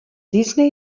disney